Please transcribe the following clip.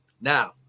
Now